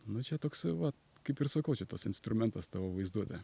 nu čia toksai va kaip ir sakau čia tas instrumentas tavo vaizduotė